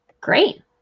Great